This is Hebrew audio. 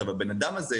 הבן אדם הזה,